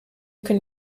can